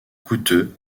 coûteux